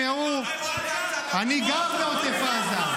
קריאות: --- אני גר בעוטף עזה,